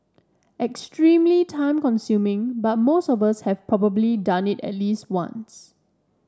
extremely time consuming but most of us have probably done it at least once